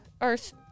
earth